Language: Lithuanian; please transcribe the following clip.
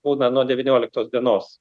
būna nuo devynioliktos dienos